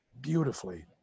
beautifully